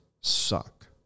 suck